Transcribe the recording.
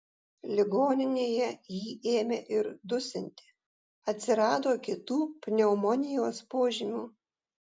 ligoninėje jį ėmė ir dusinti atsirado kitų pneumonijos požymių